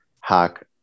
hack